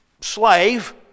slave